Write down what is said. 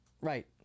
right